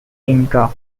inca